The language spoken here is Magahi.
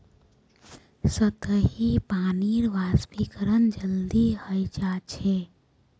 सतही पानीर वाष्पीकरण जल्दी हय जा छे